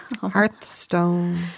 Hearthstone